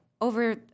over